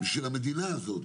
בשביל המדינה הזו,